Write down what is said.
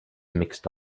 mixed